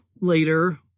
later